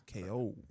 KO